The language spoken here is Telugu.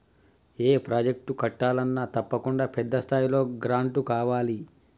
ఏ ప్రాజెక్టు కట్టాలన్నా తప్పకుండా పెద్ద స్థాయిలో గ్రాంటు కావాలి